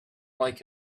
like